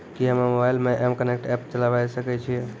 कि हम्मे मोबाइल मे एम कनेक्ट एप्प चलाबय सकै छियै?